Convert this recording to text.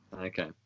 Okay